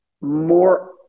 more